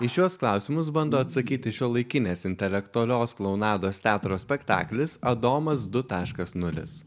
į šiuos klausimus bando atsakyti šiuolaikinės intelektualios klounados teatro spektaklis adomas du taškas nulis